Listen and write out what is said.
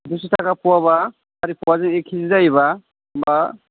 दुइस' थाखा पवाबा सारि पवाजों एक के जि जायोब्ला होमबा